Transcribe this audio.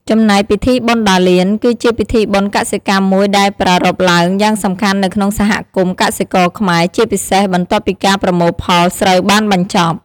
ចំណែកពិធីបុណ្យដារលាន គឺជាពិធីបុណ្យកសិកម្មមួយដែលប្រារព្ធឡើងយ៉ាងសំខាន់នៅក្នុងសហគមន៍កសិករខ្មែរ ជាពិសេស បន្ទាប់ពីការប្រមូលផលស្រូវបានបញ្ចប់។